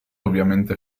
ovviamente